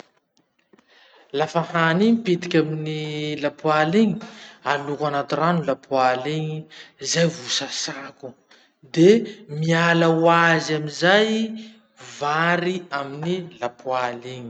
Lafa hany i mipitiky amin'ny lapoaly iny, aloko anaty rano lapoaly iny, zay vo sasako, de miala hoazy amizay vary amin'ny lapoaly iny.